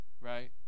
right